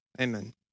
Amen